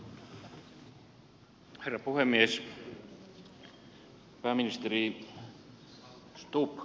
herra puhemies